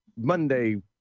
Monday